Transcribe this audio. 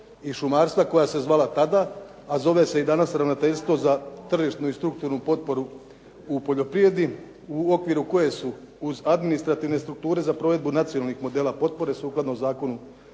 i šumarstva koja se zvala tada a zove se i danas Ravnateljstvo za tržišnu i strukturnu potporu u poljoprivredi u okviru koje su uz administrativne strukture za provedbu nacionalnih modela potpore sukladno Zakonu